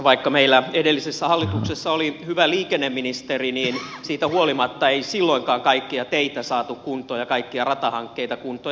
vaikka meillä edellisessä hallituksessa oli hyvä liikenneministeri niin siitä huolimatta ei silloinkaan kaikkia teitä saatu kuntoon ja kaikkia ratahankkeita kuntoon